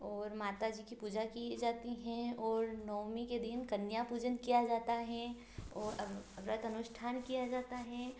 और माता जी कि पूजा की जाती है और नौमी के दिन कन्या पूनजकिया ज़ाता है और व्रत अनुष्ठान किया जाता है